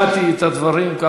שמעתי את הדברים.